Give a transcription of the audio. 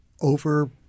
over